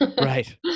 Right